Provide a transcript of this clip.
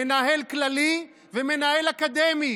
מנהל כללי ומנהל אקדמי.